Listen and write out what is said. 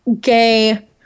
gay